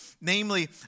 Namely